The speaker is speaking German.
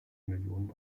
millionen